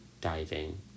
diving